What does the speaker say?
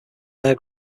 hair